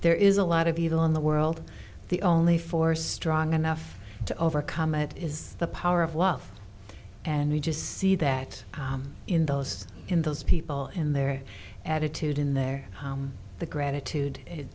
there is a lot of evil in the world the only force strong enough to overcome it is the power of wealth and you just see that in those in those people in their attitude in their the gratitude